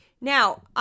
Now